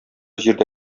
җирдә